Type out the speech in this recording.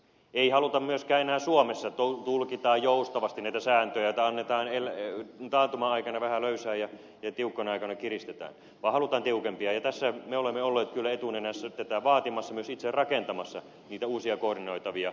ei haluta myöskään enää suomessa että tulkitaan joustavasti näitä sääntöjä tai annetaan taantuma aikana vähän löysää ja tiukkana aikana kiristetään vaan halutaan tiukempia sääntöjä ja tässä me olemme olleet kyllä etunenässä tätä vaatimassa myös itse rakentamassa niitä uusia koordinoitavia tiukennuksia